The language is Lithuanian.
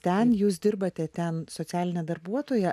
ten jūs dirbate ten socialinė darbuotoja